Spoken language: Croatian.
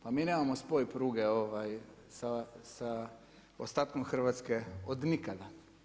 Pa mi nemamo spoj pruge sa ostatkom Hrvatske od nikada.